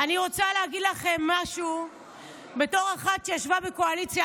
הוא על הידיים שלכם, בגלל שאתם מצביעים נגד.